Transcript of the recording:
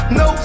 no